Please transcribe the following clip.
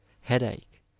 headache